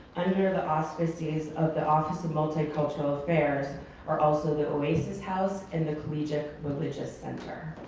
under the auspices of the office of multicultural affairs are also the oasis house, and the collegiate religious center.